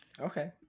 okay